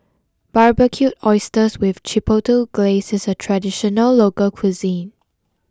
Barbecued Oysters with Chipotle Glaze is a traditional local cuisine